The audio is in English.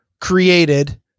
created